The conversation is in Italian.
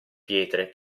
pietre